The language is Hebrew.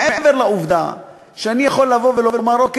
מעבר לעובדה שאני יכול לבוא ולומר: אוקיי,